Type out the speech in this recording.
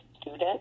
student